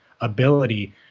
ability